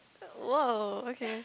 !whoa! okay